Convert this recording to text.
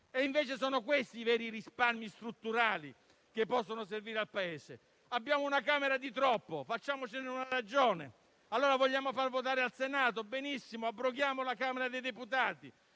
e invece sono questi i veri risparmi strutturali che possono servire al Paese. Abbiamo una Camera di troppo, facciamocene una ragione. Allora, vogliamo far votare per il Senato? Benissimo, abroghiamo la Camera dei deputati.